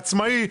עצמאי,